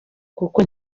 kuko